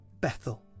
Bethel